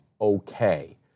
okay